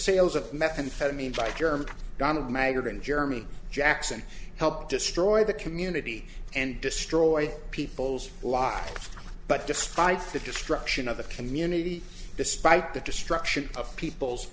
sales of methamphetamine by german donald mager in germany jackson helped destroy the community and destroy people's lives but despite the destruction of the community despite the destruction of people's